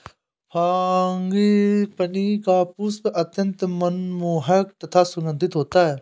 frangipani का पुष्प अत्यंत मनमोहक तथा सुगंधित होता है